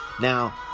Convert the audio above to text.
now